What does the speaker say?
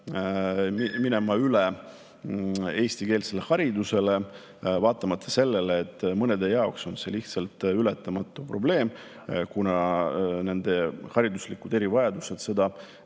minema üle eestikeelsele haridusele, vaatamata sellele, et mõnede jaoks on see lihtsalt ületamatu probleem, kuna nende hariduslikud erivajadused seda